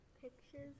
Pictures